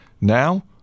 Now